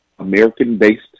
American-based